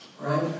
Right